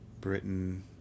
Britain